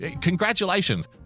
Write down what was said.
Congratulations